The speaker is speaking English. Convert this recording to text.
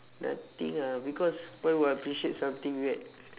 nothing ah because why would I appreciate something weird